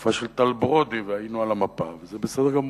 בתקופת טל ברודי והיינו על המפה, וזה בסדר גמור,